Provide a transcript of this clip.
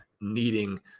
needing